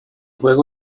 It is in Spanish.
juego